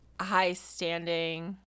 high-standing